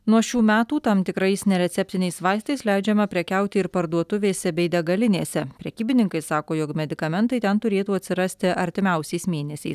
nuo šių metų tam tikrais nereceptiniais vaistais leidžiama prekiauti ir parduotuvėse bei degalinėse prekybininkai sako jog medikamentai ten turėtų atsirasti artimiausiais mėnesiais